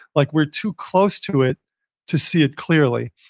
like we're too close to it to see it clearly,